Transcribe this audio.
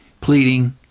pleading